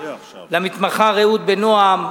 למתמחה רעות בן-נועם,